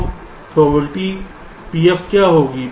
तो probability Pf क्या होगा